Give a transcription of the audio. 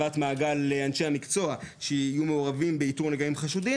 הרחבת מעגל אנשי המקצוע שיהיו מעורבים באיתור נגעים חשודים